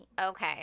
Okay